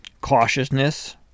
Cautiousness